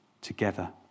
together